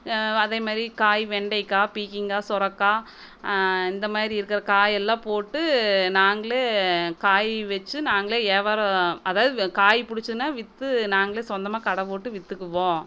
அதேமாதிரி காய் வெண்டைக்காய் பீக்கங்காய் சொரக்காய் இந்தமாதிரி இருக்கிற காய் எல்லாம் போட்டு நாங்களே காய் வச்சு நாங்களே வியாபாரம் அதாவது காய் பிடிச்சிதுன்னா விற்று நாங்களே சொந்தமாக கடை போட்டு விற்றுக்குவோம்